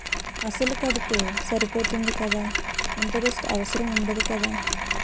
అసలు కడితే సరిపోతుంది కదా ఇంటరెస్ట్ అవసరం ఉండదు కదా?